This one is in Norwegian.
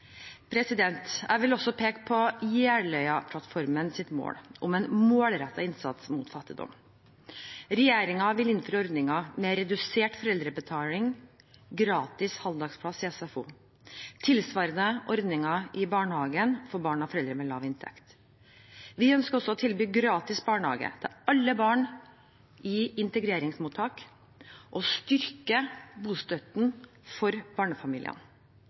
Jeg vil også peke på Jeløya-plattformens mål om en målrettet innsats mot fattigdom. Regjeringen vil innføre ordninger med redusert foreldrebetaling og gratis halvdagsplass i SFO, tilsvarende ordninger i barnehagen for barn av foreldre med lav inntekt. Vi ønsker også å tilby gratis barnehage til alle barn i integreringsmottak og styrke bostøtten for barnefamiliene.